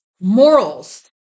morals